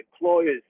employers